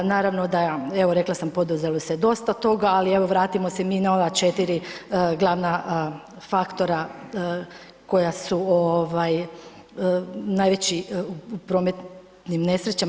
Naravno da, evo rekla sam poduzelo se dosta toga, ali evo vratimo mi na ova 4 glavna faktora koja su ovaj najveći u prometnim nesrećama.